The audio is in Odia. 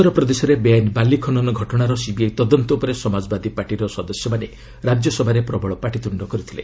ଉତ୍ତରପ୍ରଦେଶରେ ବେଆଇନ ବାଲି ଖନନ ଘଟଣାର ସିବିଆଇ ତଦନ୍ତ ଉପରେ ସମାଜବାଦୀ ପାର୍ଟିର ସଦସ୍ୟମାନେ ରାଜ୍ୟସଭାରେ ପ୍ରବଳ ପାଟିତୁଣ୍ଡ କରିଥିଲେ